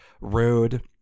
rude